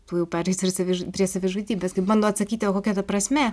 tuojau patys tarsi prie savižudybės kai bando atsakyti o kokia ta prasmė